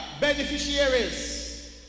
beneficiaries